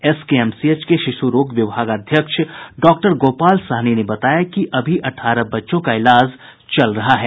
SKMCH के शिशू रोग विभागाध्यक्ष डॉक्टर गोपाल साहनी ने बताया कि अभी अठारह बच्चों का इलाज चल रहा है